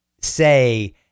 say